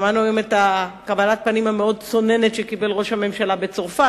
שמענו באמת על קבלת הפנים המאוד צוננת שקיבל ראש הממשלה בצרפת,